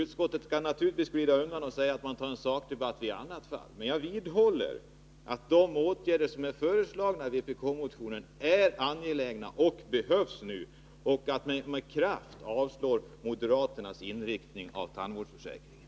Utskottet kan naturligtvis glida undan och säga att man tar en sakdebatt i annat fall, men jag vidhåller att de åtgärder som är föreslagna i vpk-motionen är angelägna och att de behövs nu, varför jag föreslår att riksdagen med kraft avslår moderaternas förslag till inriktning av tandvårdsförsäkringen.